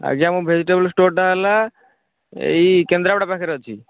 ଆଜ୍ଞା ମୋ ଭେଜିଟେବୁଲ ଷ୍ଟୋରଟା ହେଲା ଏଇ କେନ୍ଦ୍ରାପଡ଼ା ପାଖରେ ଅଛି